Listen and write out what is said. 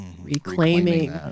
Reclaiming